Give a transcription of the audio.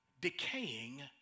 decaying